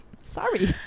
sorry